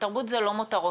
תרבות זה לא מותרות.